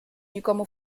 każdemu